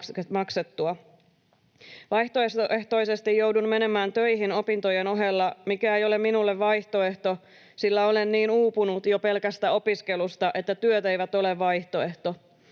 Vaihtoehtoisesti joudun menemään töihin opintojen ohella, mikä ei minulle ole vaihtoehto, sillä olen niin uupunut jo pelkästä opiskelusta, että työt eivät ole vaihtoehto.